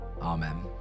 Amen